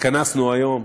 התכנסנו היום,